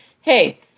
Hey